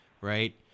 right